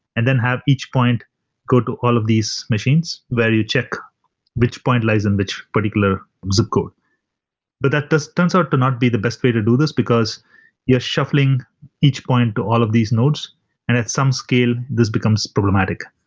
and then have each point go to all of these machines, where you check which point lies in which particular zip code but that does turns out ah to not be the best way to do this, because you're shuffling each point to all of these nodes, and at some scale this becomes problematic.